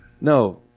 No